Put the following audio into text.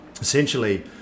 essentially